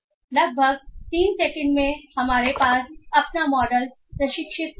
इसलिए लगभग 3 सेकंड में हमारे पास अपना मॉडल प्रशिक्षित है